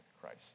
Christ